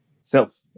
self